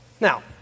Now